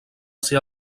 ser